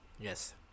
Yes